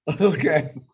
Okay